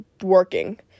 working